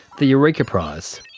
the eureka prize.